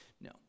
No